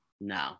no